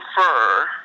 prefer